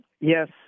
Yes